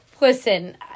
Listen